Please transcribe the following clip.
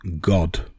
God